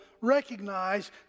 recognize